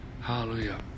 Hallelujah